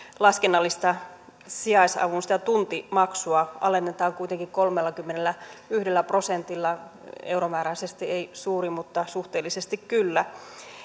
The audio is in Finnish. laskennallista sijaisavun tuntimaksua alennetaan kuitenkin kolmellakymmenelläyhdellä prosentilla euromääräisesti ei suuri mutta suhteellisesti kyllä